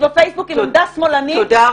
בפייסבוק עם עמדה שמאלנית -- תודה רבה.